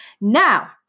Now